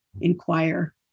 inquire